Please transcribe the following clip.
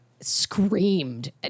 screamed